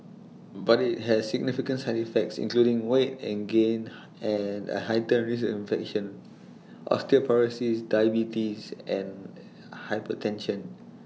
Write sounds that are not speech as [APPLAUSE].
but IT has significant side effects including weight and gain [NOISE] and A heightened risk of infection osteoporosis diabetes and hypertension